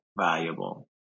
valuable